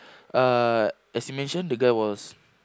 uh as you mention the guy was